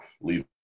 leave